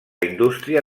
indústria